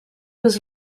was